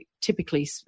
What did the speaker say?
typically